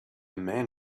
man